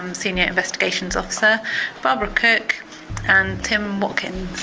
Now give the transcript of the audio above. um senior investigations officer barbara cook and tim watkins.